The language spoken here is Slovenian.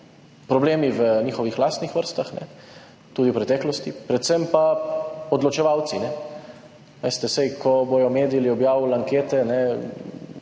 Problemi v njihovih lastnih vrstah tudi v preteklosti, predvsem pa odločevalci. Veste, ko bodo mediji objavili ankete,